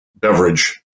beverage